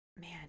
Man